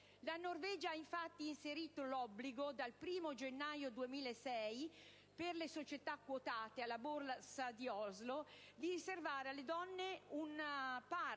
la Norvegia ha inserito l'obbligo, dal 1° gennaio 2006, per le società quotate alla Borsa di Oslo di riservare alle donne una parte